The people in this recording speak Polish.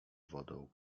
wodą